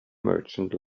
merchant